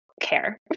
care